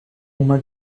uma